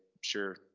sure